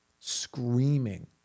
screaming